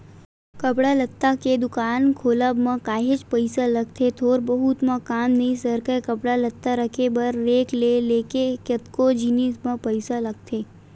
कपड़ा लत्ता के दुकान खोलब म काहेच पइसा लगथे थोर बहुत म काम नइ सरकय कपड़ा लत्ता रखे बर रेक ले लेके कतको जिनिस म पइसा लगथे